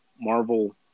Marvel